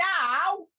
now